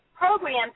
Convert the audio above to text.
programs